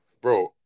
bro